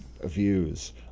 views